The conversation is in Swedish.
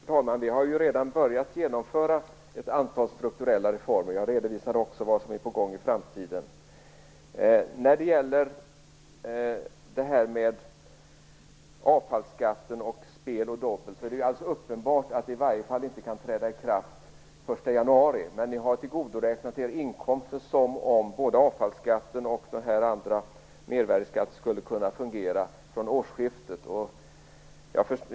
Herr talman! Vi har ju redan börjat genomföra ett antal strukturella reformer. Jag redovisade också vad som är på gång i framtiden. Det är alldeles uppenbart att avfallsskatten och moms på spel och dobbel inte kan träda i kraft den 1 januari. Men ni har tillgodoräknat er inkomster som om både avfallsskatten och mervärdesskatten skulle kunna fungera från årsskiftet.